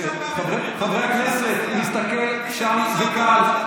חבר הכנסת, להסתכל שם זה קל.